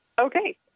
Okay